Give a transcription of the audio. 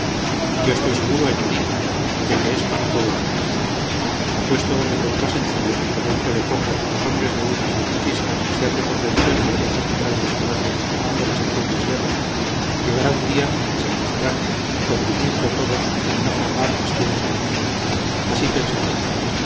yo estoy seguro añadí de que esto no puede durar apuesto doble contra sencillo a que dentro de poco los hombres de unas y otras islas se han de convencer de que hacen un gran disparate armando tan terribles guerras y llegará un día en que se abrazarán conviniendo todos en no formar más que una sola familia así pensaba yo